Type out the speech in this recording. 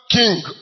king